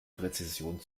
präzision